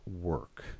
work